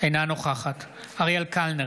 אינה נוכחת אריאל קלנר,